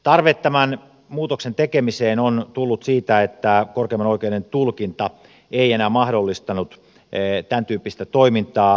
tarve tämän muutoksen tekemiseen on tullut siitä että korkeimman oikeuden tulkinta ei enää mahdollistanut tämäntyyppistä toimintaa